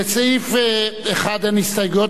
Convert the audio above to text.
לסעיף 1 אין הסתייגויות,